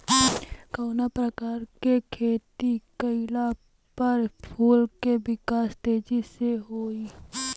कवना प्रकार से खेती कइला पर फूल के विकास तेजी से होयी?